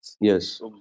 Yes